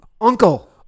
Uncle